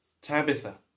Tabitha